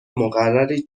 مقرری